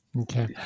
Okay